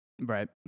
Right